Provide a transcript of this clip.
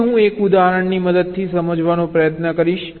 હવે હું એક ઉદાહરણની મદદથી આ સમજાવવાનો પ્રયત્ન કરીશ